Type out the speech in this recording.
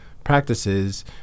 Practices